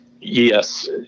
Yes